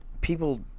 people